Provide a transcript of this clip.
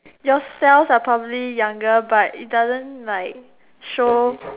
your cells are probably younger but it doesn't like show